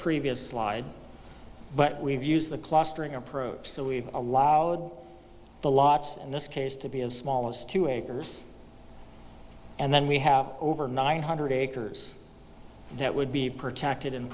previous slide but we've used the clustering approach so we've allowed the lots in this case to be as small as two acres and then we have over nine hundred acres that would be protected in